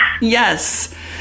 Yes